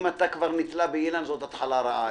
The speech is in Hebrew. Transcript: אם אתה כבר נתלה ביגאל פרסלר זאת התחלה רעה.